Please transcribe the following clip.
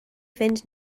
fynd